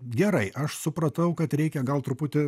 gerai aš supratau kad reikia gal truputį